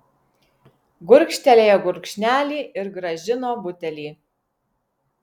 gurkštelėjo gurkšnelį ir grąžino butelį